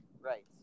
Right